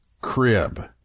crib